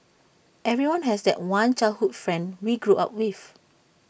everyone has that one childhood friend we grew up with